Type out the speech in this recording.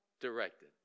directed